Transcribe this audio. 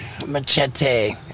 machete